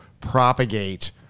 propagate